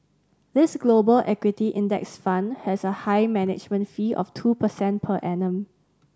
this Global Equity Index Fund has a high management fee of two percent per annum